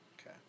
okay